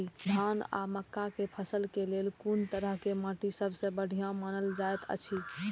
धान आ मक्का के फसल के लेल कुन तरह के माटी सबसे बढ़िया मानल जाऐत अछि?